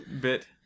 bit